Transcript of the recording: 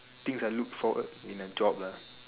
things I look for in a job lah